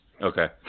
Okay